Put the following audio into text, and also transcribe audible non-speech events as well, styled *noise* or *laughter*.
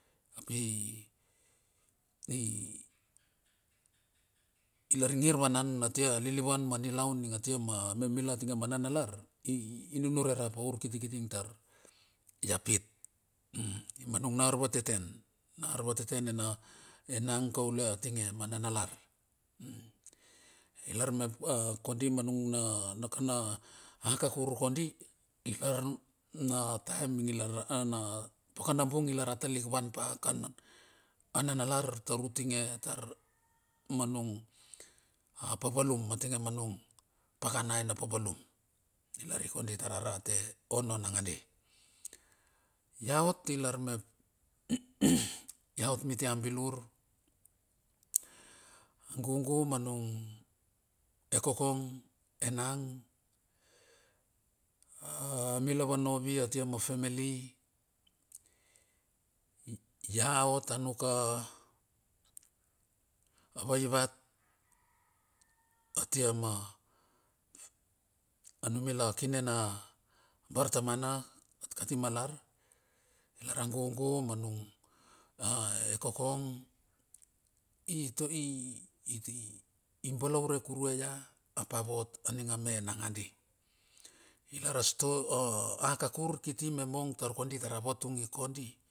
*hesitation* i lar ingir vanan atia lilivan ma nialun ungatia ma memila tinge mananalar i inunure rap urkitikiti ing tar ia pit. Ma nung na arvateten. Na arvatenten nena enang kaule atinge ma mana lar. I lar mepa kondi manung na nakana akakur kodi. I *unintelligible* kar na taeming i lar na pakanabung i lar atalik vanpa kan ananalar taur uting tar manung papalum atinge manung pakana aina papalum. I lar i kondi tar arate ono nangadi. Iaot ilar mep *noise* ia ot miti a bilur. Agugu manung e kokong enang. Mila va novi atia mafemali. Ia ot a nuk a avaivat atia ma manumula kine na bartamana kati malar. Lar a gugu manunga e kokong i *hesitation* balaure kurue ia ap a avot aning a me nangadi. I lar a sto akakur kiti me mong tar kodi tar a vatung i kodi.